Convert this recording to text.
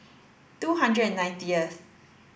two hundred and ninetieth